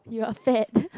you are afraid